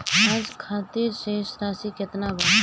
आज खातिर शेष राशि केतना बा?